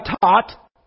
taught